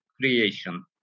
creation